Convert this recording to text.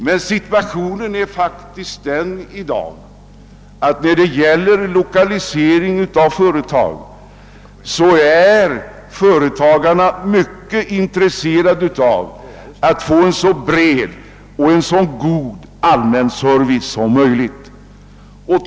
Men situationen i dag är faktiskt den att företagarna när det gäller lokalisering av företag är mycket intresserade av att få en så bred och god allmänservice som möjligt.